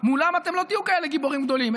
מולם אתם לא תהיו כאלה גיבורים גדולים.